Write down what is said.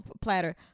platter